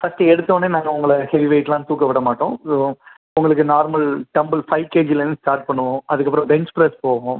first எடுத்தவொடனே நாங்கள் உங்களை ஹெவி வெயிட்லாம் தூக்க விடமாட்டோம் உங்களுக்கு நார்மல் டம்பில் ஃபைவ் கேஜிலேந்து ஸ்டார்ட் பண்ணுவோம் அதுக்கப்புறோம் பென்ச் ப்ரெஸ் போவோம்